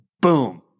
Boom